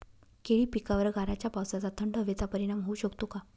केळी पिकावर गाराच्या पावसाचा, थंड हवेचा परिणाम होऊ शकतो का?